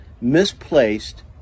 misplaced